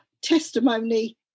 testimony